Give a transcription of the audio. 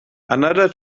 another